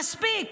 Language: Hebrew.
"מספיק.